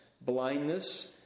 blindness